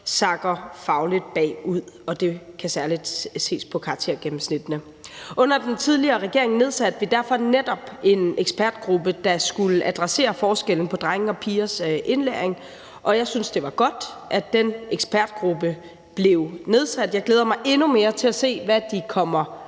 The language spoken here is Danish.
sakker bagud, og hvor det særlig kan ses på karaktergennemsnittene. Under den tidligere regering nedsatte vi derfor netop en ekspertgruppe, der skulle adressere forskellen på drenge og pigers indlæring, og jeg synes, det var godt, at den ekspertgruppe blev nedsat, og jeg glæder mig endnu mere til at se, hvad de kommer frem